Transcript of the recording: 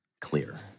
clear